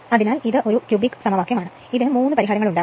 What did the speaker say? അതിനാൽ ഇത് ഒരു ക്യൂബിക് സമവാക്യമാണ് ഇതിന് 3 പരിഹാരങ്ങൾ ഉണ്ടാകും